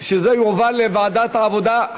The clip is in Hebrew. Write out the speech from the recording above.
שזה יועבר לוועדת העבודה.